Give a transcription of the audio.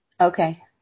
Okay